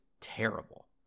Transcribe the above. terrible